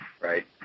right